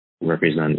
represent